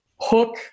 hook